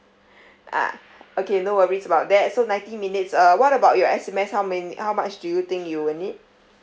ah okay no worries about that so ninety minutes uh what about your S_M_S how many how much do you think you will need